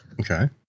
Okay